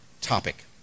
topic